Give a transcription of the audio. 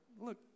look